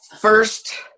first